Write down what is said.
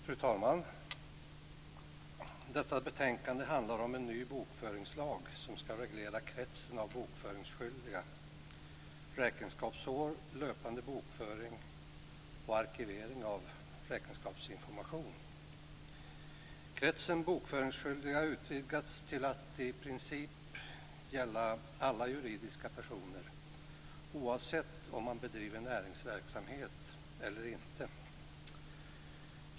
Fru talman! Detta betänkande handlar om en ny bokföringslag som ska reglera kretsen av bokföringsskyldiga, räkenskapsår, löpande bokföring och arkivering av räkenskapsinformation. Kretsen av bokföringsskyldiga utvidgas till att i princip gälla alla juridiska personer oavsett om man bedriver näringsverksamhet eller inte.